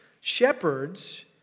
Shepherds